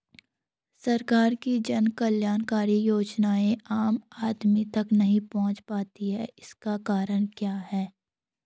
सरकार की जन कल्याणकारी योजनाएँ आम आदमी तक नहीं पहुंच पाती हैं इसका क्या कारण है?